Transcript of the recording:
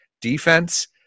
defense